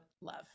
love